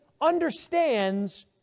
understands